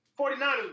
49ers